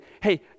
hey